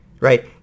Right